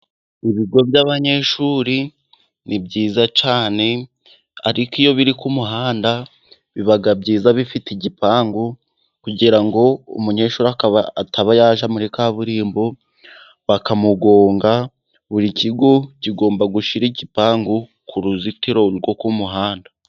Ibigo by'abanyeshuri ni byiza cyane, ariko iyo biri ku muhanda biba byiza bifite igipangu, kugira ngo umunyeshuri ataba yajya muri kaburimbo bakamugonga, buri kigo kigomba gushyira igipangu ku ruzitiro rwo ku muhanda.